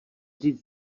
vzít